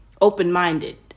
open-minded